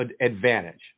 advantage